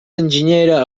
enginyera